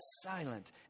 silent